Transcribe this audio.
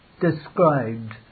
described